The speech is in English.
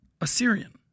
Assyrian